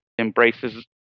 embraces